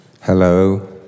Hello